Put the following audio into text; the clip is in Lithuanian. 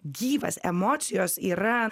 gyvas emocijos yra